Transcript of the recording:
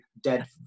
dead